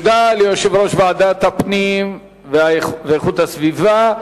תודה ליושב-ראש ועדת הפנים והגנת הסביבה.